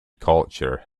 culture